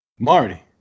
Marty